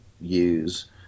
use